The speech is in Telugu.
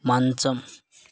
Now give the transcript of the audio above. మంచం